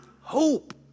hope